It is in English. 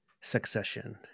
Succession